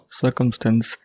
circumstance